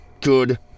good